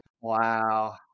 Wow